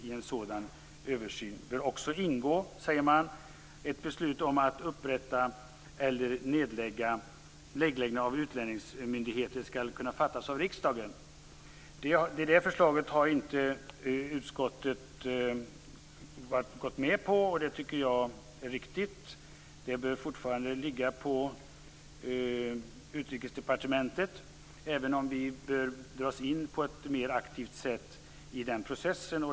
I en sådan översyn bör också ingå ett beslut om att inrättande respektive nedläggande av utlandsmyndigheter skall kunna fattas av riksdagen. Detta förslag har utskottet inte gått med på, och det tycker jag är riktigt. Beslutet bör fortfarande ligga på Utrikesdepartementet, även om vi bör dras in på ett mer aktivt sätt i den processen.